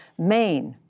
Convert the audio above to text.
maine,